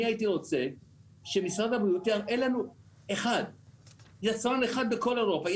אני הייתי רוצה שמשרד הבריאות יראה לנו יצרן אחד בכל אירופה,